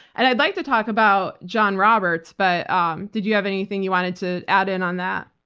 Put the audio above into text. and i'd like to talk about john roberts, but um did you have anything you wanted to add in on that?